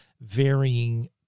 varying